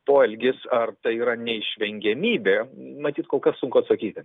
poelgis ar tai yra neišvengiamybė matyt kol kas sunku atsakyti